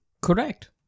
Correct